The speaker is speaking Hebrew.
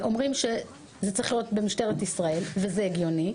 אומרים שזה צריך להיות במשטרת ישראל וזה הגיוני.